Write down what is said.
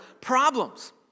problems